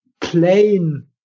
plain